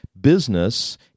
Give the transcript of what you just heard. business